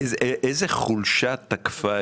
תקימו את